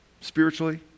spiritually